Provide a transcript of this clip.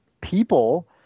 people